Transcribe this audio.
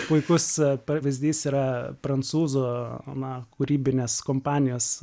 puikus pavyzdys yra prancūzo na kūrybinės kompanijos